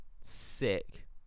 Sick